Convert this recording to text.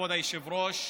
כבוד היושב-ראש,